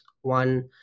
One